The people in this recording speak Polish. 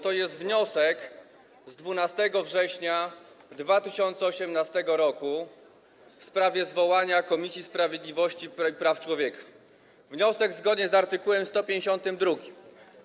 To jest wniosek z 12 września 2018 r. w sprawie zwołania Komisji Sprawiedliwości i Praw Człowieka, wniosek zgodnie z art. 152.